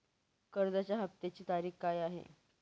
कर्जाचा हफ्त्याची तारीख काय आहे?